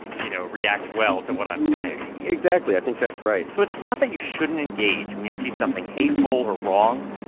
you know, react well to what i'm saying exactly. i think that's right so it's not that you shouldn't engage when you see something hateful or wrong.